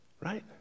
right